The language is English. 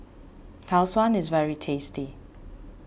Tau Suan is very tasty